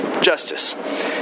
justice